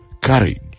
courage